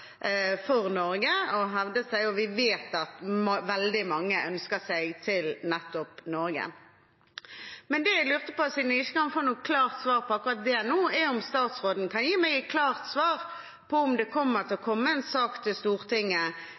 for Norge til å hevde seg, og vi vet at veldig mange ønsker seg til nettopp Norge. Det jeg lurte på, siden jeg ikke kan få noe klart svar på akkurat det nå, er om statsråden kan gi meg et klart svar på om det vil komme en sak til Stortinget